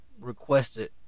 requested